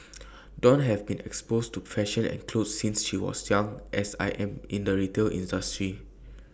dawn have been exposed to fashion and clothes since she was young as I am in the retail industry